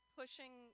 pushing